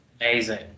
amazing